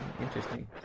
interesting